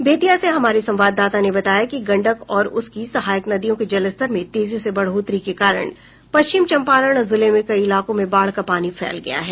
बेतिया से हमारे संवाददाता ने बताया कि गंडक और उसकी सहायक नदियों के जलस्तर में तेजी से बढ़ोतरी के कारण पश्चिम चंपारण जिले में कई इलाकों में बाढ़ का पानी फैल गया है